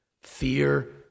fear